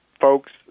folks